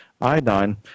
iodine